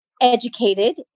educated